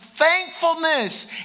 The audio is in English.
thankfulness